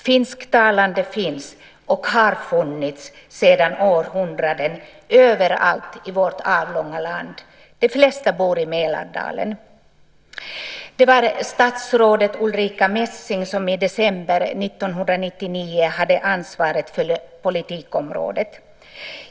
Finsktalande finns och har funnits sedan århundraden överallt i vårt avlånga land. De flesta bor i Mälardalen. Det var statsrådet Ulrica Messing som i december 1999 hade ansvaret för politikområdet.